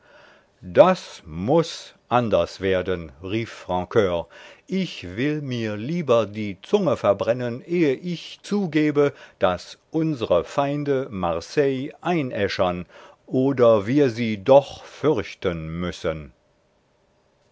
das muß anders werden rief francur ich will mir lieber die zunge verbrennen ehe ich zugebe daß unsre feinde marseille einäschern oder wir sie doch fürchten müssen